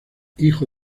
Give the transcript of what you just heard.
hijo